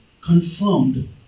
confirmed